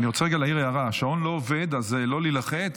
אני רוצה להעיר הערה: השעון לא עובד אז לא להילחץ,